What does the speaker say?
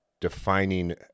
defining